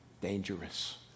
dangerous